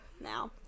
now